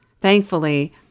Thankfully